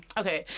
okay